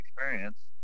experience